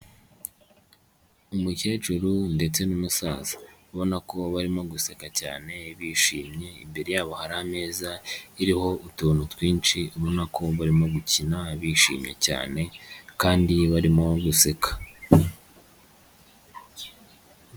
Umukecuru ndetse n'umusaza ubona ko barimo guseka cyane bishimye, imbere yabo hari ameza iriho utuntu twinshi, urabona ko barimo gukina bishimye cyane kandi barimo guseka.